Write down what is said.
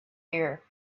here